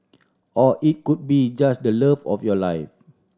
or it could be just the love of your life